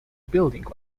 building